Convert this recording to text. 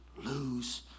Lose